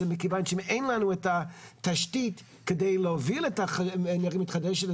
מכיוון שאם אין לנו את התשתית כדי להוביל את האנרגיה המתחדשת,